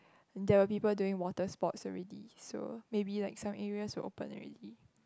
there were people doing water sports already so maybe like some areas were open already